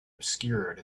obscured